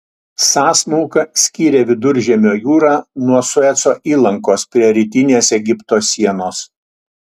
sąsmauka skyrė viduržemio jūrą nuo sueco įlankos prie rytinės egipto sienos